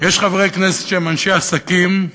יש חברי כנסת שהם אנשי עסקים,